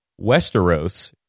Westeros